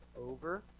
over